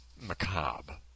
macabre